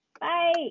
Bye